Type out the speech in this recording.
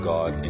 God